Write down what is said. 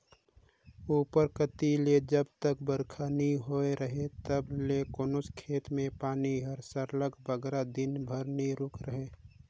उपर कती ले जब तक बरिखा नी होए रहें तब ले कोनोच खेत में पानी हर सरलग बगरा दिन बर नी रूके रहे